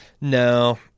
No